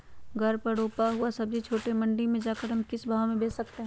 घर पर रूपा हुआ सब्जी छोटे मंडी में जाकर हम किस भाव में भेज सकते हैं?